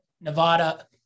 Nevada